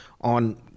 on